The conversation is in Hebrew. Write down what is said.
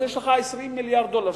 יש לך 20 מיליארד דולר,